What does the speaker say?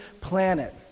planet